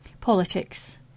Politics